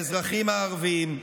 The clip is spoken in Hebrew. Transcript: האזרחים הערבים,